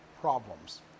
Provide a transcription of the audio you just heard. problems